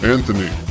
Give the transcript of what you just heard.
Anthony